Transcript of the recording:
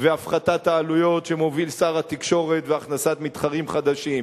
הפחתת העלויות שמוביל שר התקשורת והכנסת מתחרים חדשים.